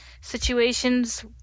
situations